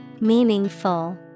Meaningful